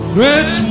Great